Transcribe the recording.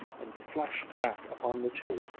and flashed back upon the two,